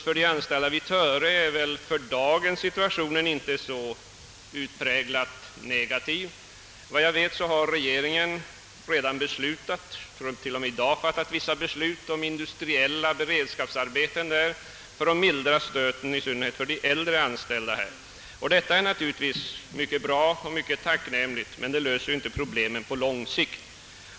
För de anställda i Töre är situationen för dagen inte så utpräglat negativ. Efter vad jag vet har regeringen i dag fattat vissa beslut om industriella beredskapsarbeten för att mildra stöten i synnerhet för de äldre anställda där. Detta är naturligtvis mycket bra, men det löser inga problem på lång sikt.